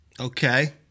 Okay